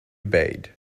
obeyed